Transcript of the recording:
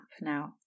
now